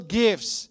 gifts